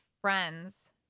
friends